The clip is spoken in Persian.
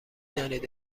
دانید